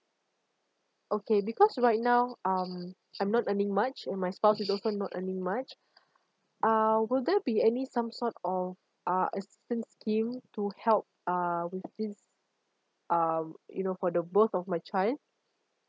okay because right now um I'm not earning much and my spouse is also not earning much uh will there be any some sort uh assistance scheme to um is uh with this um you know for the both of my child